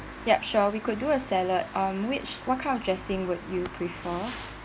ya sure we could do a salad um which what kind of dressing would you prefer